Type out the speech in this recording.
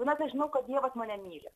pirmiausia žinau kad dievas mane myli